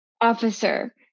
officer